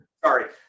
Sorry